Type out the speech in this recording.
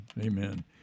amen